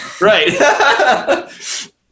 Right